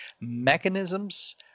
mechanisms